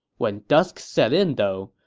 when dusk set in, though,